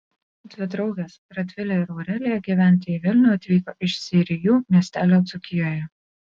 dvi draugės radvilė ir aurelija gyventi į vilnių atvyko iš seirijų miestelio dzūkijoje